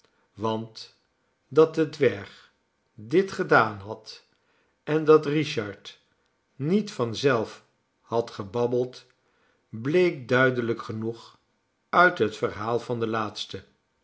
want dat de dwerg dit gedaan had en dat richard niet van zelf had gebabbeld bleek duidelijk genoeg uit het verhaal van den laatsten